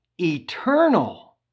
eternal